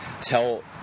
tell